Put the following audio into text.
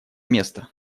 место